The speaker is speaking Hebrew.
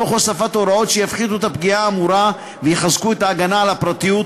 תוך הוספת הוראות שיפחיתו את הפגיעה האמורה ויחזקו את ההגנה על הפרטיות,